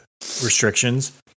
restrictions